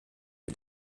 die